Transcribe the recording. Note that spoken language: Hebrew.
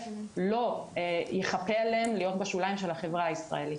לא יכפה עליהם להיות בשוליים של החברה הישראלית.